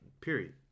period